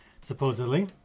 Supposedly